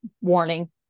Warning